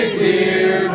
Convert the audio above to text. dear